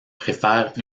préfère